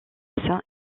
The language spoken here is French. saint